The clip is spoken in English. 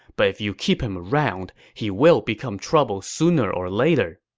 but if you keep him around, he will become trouble sooner or later.